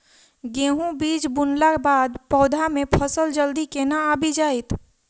गेंहूँ बीज बुनला बाद पौधा मे फसल जल्दी केना आबि जाइत?